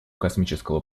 космического